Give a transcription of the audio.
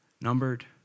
Numbered